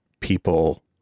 people